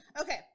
Okay